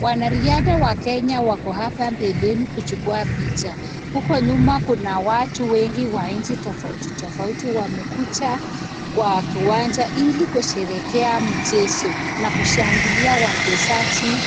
Wnariadha wa kenya wako hapa pembeni kuchukua picha. Huku nyuma kuna watu wengi wa nchi tofauti tofauti wamekuja kwa kiwanja ili kusherehekea mchezo na kushangilia wachezaji